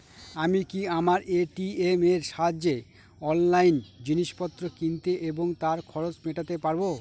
আমি কি আমার এ.টি.এম এর সাহায্যে অনলাইন জিনিসপত্র কিনতে এবং তার খরচ মেটাতে পারব?